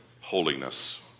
holiness